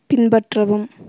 பின்பற்றவும்